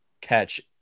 catch